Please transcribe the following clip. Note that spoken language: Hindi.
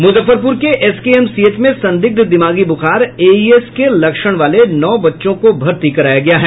मुजफ्फरपुर के एसकेएमसीएच में संदिग्ध दिमागी बुखार एईएस के लक्षण वाले नौ बच्चों को भर्ती कराया गया है